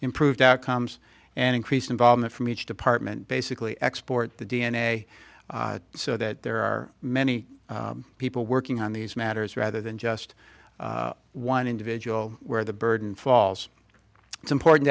improved outcomes and increased involvement from each department basically export the d n a so that there are many people working on these matters rather than just one individual where the burden falls it's important